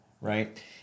right